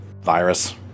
virus